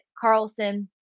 Carlson